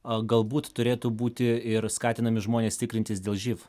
ar galbūt turėtų būti ir skatinami žmonės tikrintis dėl živ